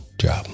job